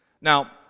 Now